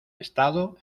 estado